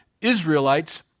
Israelites